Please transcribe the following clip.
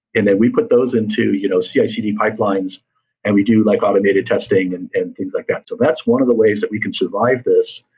and we put those into you know cicd pipelines and we do like automated testing and and things like that. so that's one of the ways that we can survive this,